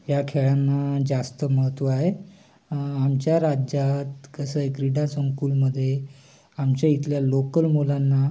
ह्या खेळांना जास्त महत्त्व आहे आमच्या राज्यात कसं आहे क्रीडा संकुलामध्ये आमच्या इथल्या लोकल मुलांना